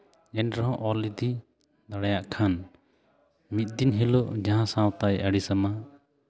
ᱮᱱ ᱨᱮᱦᱚᱸ ᱚᱞ ᱤᱫᱤ ᱫᱟᱲᱮᱭᱟᱜ ᱠᱷᱟᱱ ᱢᱤᱫᱫᱤᱱ ᱦᱤᱞᱳᱜ ᱡᱟᱦᱟᱸ ᱥᱟᱶᱛᱟᱭ ᱟᱹᱲᱤᱥ ᱟᱢᱟ